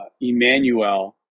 Emmanuel